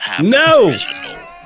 No